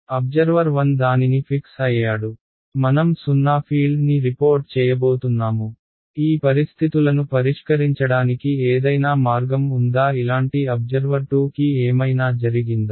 observer 1 దానిని fix అయ్యాడు మనం సున్నా ఫీల్డ్ని రిపోర్ట్ చేయబోతున్నాము ఈ పరిస్థితులను పరిష్కరించడానికి ఏదైనా మార్గం ఉందా ఇలాంటి అబ్జర్వర్ 2 కి ఏమైనా జరిగిందా